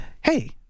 hey